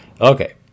Okay